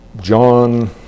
John